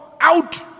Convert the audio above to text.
out